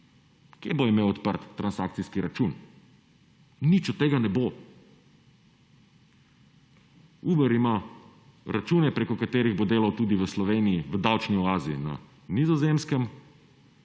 Kje bo imel odprt transakcijski račun? Nič od tega ne bo. Uber ima račune preko katerih bo delal tudi v Sloveniji v davčni oazi na Nizozemskem,